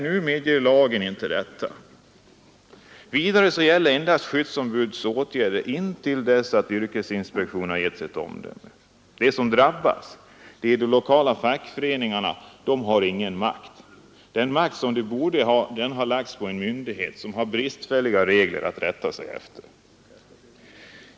Nu medger lagen inte detta. Vidare gäller endast skyddsombudets åtgärd intill dess att yrkesinspektionen har avgett sitt omdöme. De som drabbas och de som verkar i den lokala fackföreningen har här ingen makt. Den makt de borde ha har lagts hos en myndighet som har bristfälliga regler att rätta sig efter.